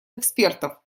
экспертов